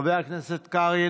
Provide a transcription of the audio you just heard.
חבר הכנסת קרעי,